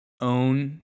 own